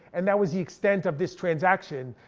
and that was the extent of this transaction.